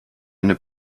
eine